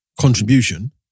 Contribution